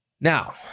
Now